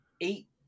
eight